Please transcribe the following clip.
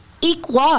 Equal